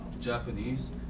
Japanese